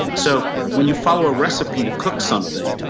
so when you follow a recipe to cook something,